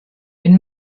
wenn